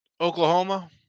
Oklahoma